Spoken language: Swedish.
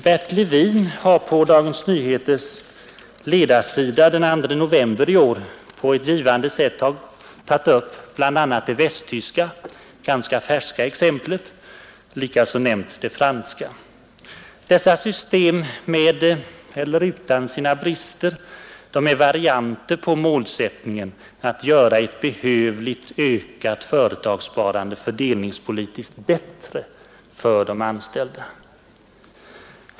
Bert Levin har på Dagens Nyheters ledarsida den 2 november i år på ett givande sätt tagit upp bl.a. det västtyska ganska färska exemplet och även nämnt det franska. Dessa system — med eller utan sina brister — är varianter på samma målsättning, nämligen att göra ett behövligt, ökat företagssparande fördelningspolitiskt bättre för de anställda.